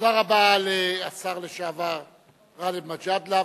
תודה רבה לשר לשעבר גאלב מג'אדלה.